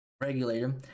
Regulator